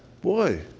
boy